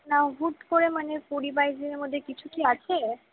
না হুট করে মানে কুড়ি বাইশ দিনের মধ্যে কিছু কী আছে